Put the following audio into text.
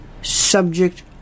subject